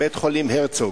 בית-חולים "הרצוג",